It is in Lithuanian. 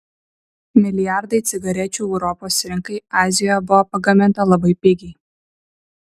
milijardai cigarečių europos rinkai azijoje buvo pagaminta labai pigiai